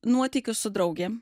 nuotykius su draugėm